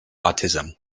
autism